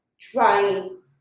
trying